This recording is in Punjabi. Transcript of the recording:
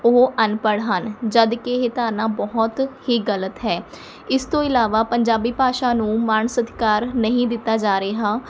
ਉਹ ਅਨਪੜ੍ਹ ਹਨ ਜਦਕਿ ਇਹ ਧਾਰਨਾ ਬਹੁਤ ਹੀ ਗ਼ਲਤ ਹੈ ਇਸ ਤੋਂ ਇਲਾਵਾਂ ਪੰਜਾਬੀ ਭਾਸ਼ਾ ਨੂੰ ਮਾਣ ਸਤਿਕਾਰ ਨਹੀਂ ਦਿੱਤਾ ਜਾ ਰਿਹਾ